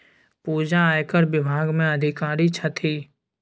पूजा आयकर विभाग मे अधिकारी छथि